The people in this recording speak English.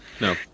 No